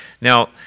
Now